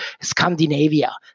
Scandinavia